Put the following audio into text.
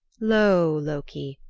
lo, loki!